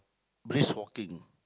brisk walking